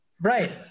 Right